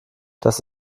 das